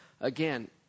again